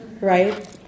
right